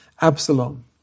Absalom